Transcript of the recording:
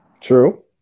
true